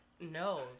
no